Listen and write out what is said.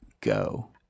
Go